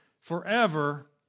forever